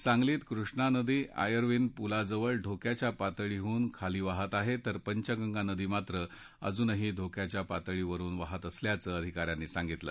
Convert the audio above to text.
सांगलीत कृष्णानदी आयर्विन पुलाजवळ धोक्याच्या पातळीहून खाली वाहत आहे तर पंचगंगा नदी मात्र अजूनही धोक्याच्या पातळीवरुन वाहत असल्याचं अधिकाऱ्यांनी सांगितलं